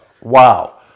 Wow